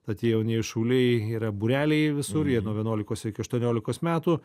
o tie jaunieji šauliai yra būreliai visur jie nuo vienuolikos iki aštuoniolikos metų